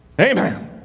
Amen